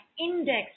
index